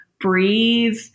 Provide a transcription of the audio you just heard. breathe